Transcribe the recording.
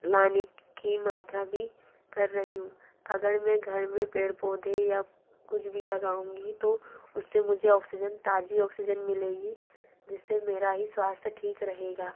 लाने की मात्रा भी कर रही हूँ अगर में घर में पेड़ पौधे या कुछ भी लगाऊँगी तो उससे मुझे ऑक्सीजन ताज़ी ऑक्सीजन मिलेगी जिससे मेरा ही स्वास्थ्य ठीक रहेगा